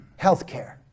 Healthcare